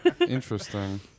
Interesting